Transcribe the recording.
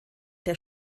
der